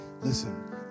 Listen